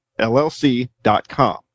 LLC.com